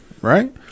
right